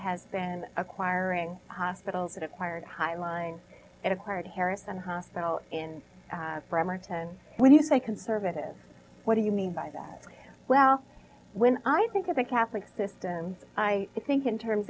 has been acquiring hospitals that acquired high line it acquired harrison hospital in bremerton when you say conservative what do you mean by that well when i think of the catholic system i think in terms